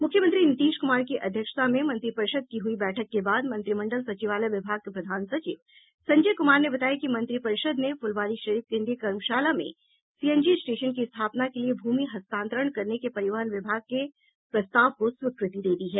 मुख्यमंत्री नीतीश कुमार की अध्यक्षता में मंत्रिपरिषद की हुई बैठक के बाद मंत्रिमंडल सचिवालय विभाग के प्रधान सचिव संजय कुमार ने बताया कि मंत्रिपरिषद ने फुलवारीशरीफ केन्द्रीय कर्मशाला में सीएनजी स्टेशन की स्थापना के लिए भूमि हस्तांतरण करने के परिवहन विभाग के प्रस्ताव को स्वीकृति दे दी है